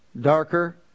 darker